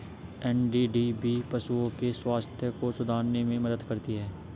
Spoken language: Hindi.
एन.डी.डी.बी पशुओं के स्वास्थ्य को सुधारने में मदद करती है